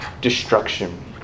destruction